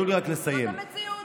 זאת המציאות.